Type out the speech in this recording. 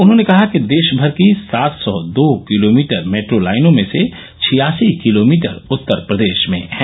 उन्होंने कहा कि देशभर की सात सौ दो किलोमीटर मेट्रो लाइनों में से छियासी किलोमीटर उत्तर प्रदेश में हैं